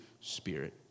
spirit